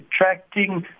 attracting